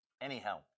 anyhow